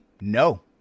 No